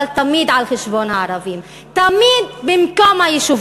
אבל תמיד על חשבון הערבים.